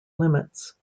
limits